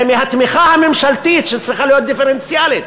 זה מהתמיכה הממשלתית שצריכה להיות דיפרנציאלית.